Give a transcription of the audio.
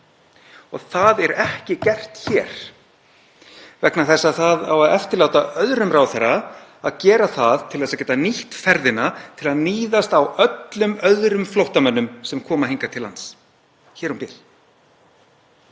Og það er ekki gert hér, það á að eftirláta öðrum ráðherra að gera það til þess að geta nýtt ferðina til að níðast á öllum öðrum flóttamönnum sem koma hingað til lands, hér um bil.